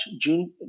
June